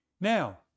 Now